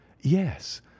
yes